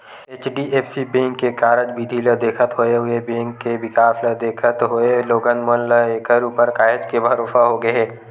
HDFC bank के कारज बिधि ल देखत होय अउ ए बेंक के बिकास ल देखत होय लोगन मन ल ऐखर ऊपर काहेच के भरोसा होगे हे